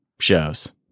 shows